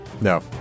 No